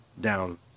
down